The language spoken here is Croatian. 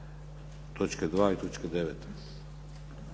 točke 2. i točke 9.